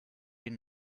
den